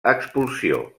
expulsió